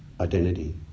identity